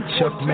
Chuck